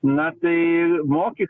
na tai mokyk